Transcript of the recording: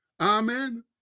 Amen